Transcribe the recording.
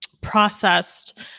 processed